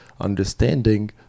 understanding